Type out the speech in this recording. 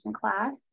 class